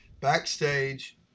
backstage